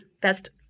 Best